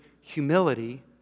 humility